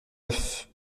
neuf